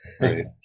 Right